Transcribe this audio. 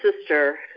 sister